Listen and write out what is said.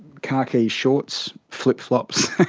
khaki shorts, flip flops